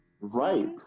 Right